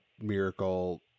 miracle